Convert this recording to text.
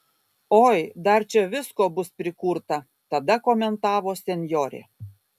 oi dar čia visko bus prikurta tada komentavo senjorė